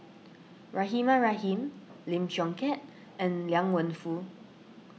Rahimah Rahim Lim Chong Keat and Liang Wenfu